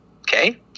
okay